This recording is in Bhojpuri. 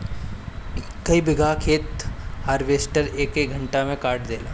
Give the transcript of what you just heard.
कई बिगहा खेत हार्वेस्टर एके घंटा में काट देला